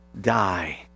die